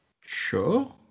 Sure